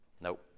nope